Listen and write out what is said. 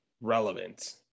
relevant